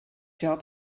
job